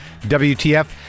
WTF